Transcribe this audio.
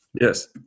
Yes